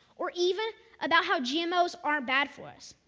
or even about how gmos aren't bad for us.